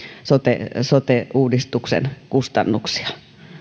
sote sote uudistuksen kustannuksia